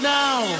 now